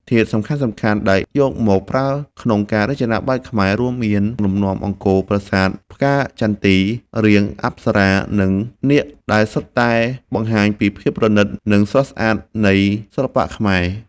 ធាតុសំខាន់ៗដែលយកមកប្រើក្នុងការរចនាបែបខ្មែរ រួមមានលំនាំអង្គរ ប្រាសាទ ផ្កាចន្ទី រាងអប្សរា និងនាគ ដែលសុទ្ធតែបង្ហាញពីភាពប្រណីត និងស្រស់ស្អាតនៃសិល្បៈខ្មែរ។